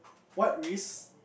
what risk